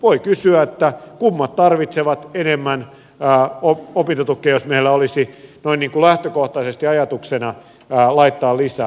voi kysyä kummat tarvitsevat enemmän opintotukea jos meillä olisi noin niin kuin lähtökohtaisesti ajatuksena laittaa lisää